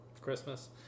Christmas